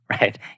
right